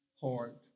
heart